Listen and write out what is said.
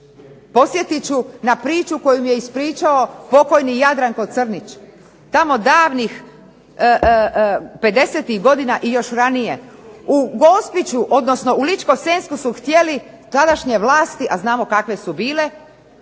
Podsjetit ću na priču koju mi je ispričao pokojni Jadranko Crnić tamo davnih '50-ih godina i još ranije. U Gospiću, odnosno u Ličko-senjsku su htjeli tadašnje vlasti, a znamo kakve su bile,